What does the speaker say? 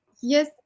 yes